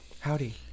Howdy